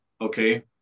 okay